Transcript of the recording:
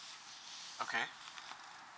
okay